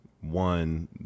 one